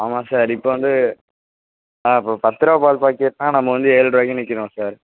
ஆமாம் சார் இப்போ வந்து ஆ இப்போ பத்து ரூபா பால் பாக்கெட்னால் நம்ம வந்து ஏழு ரூபாய்க்குன்னு விற்கிறோம் சார்